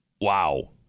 Wow